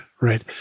right